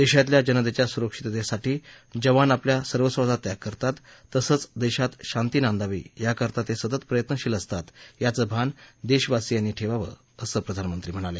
देशातल्या जनतेच्या सुरक्षिततेसाठी जवान आपल्या सर्वस्वाचा त्याग करतात तसंच देशात शांती नांदावी याकरता ते सतत प्रयत्नशील असतात याचं भान देशवासीयांनी ठेवावं असं प्रधानमंत्री म्हणाले